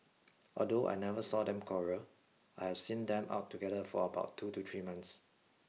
although I never saw them quarrel I have seen them out together for about two to three months